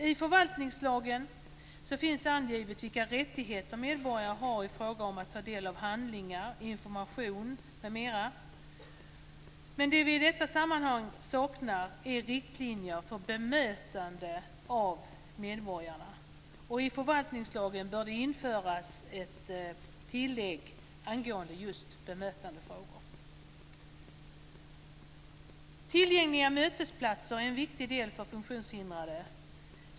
I förvaltningslagen finns angivet vilka rättigheter medborgare har i fråga om att ta del av handlingar, information, m.m., men det vi i detta sammanhang saknar är riktlinjer för bemötande av medborgarna. I förvaltningslagen bör det införas ett tillägg angående just bemötandefrågor. Tillgängliga mötesplatser är viktigt för funktionshindrade.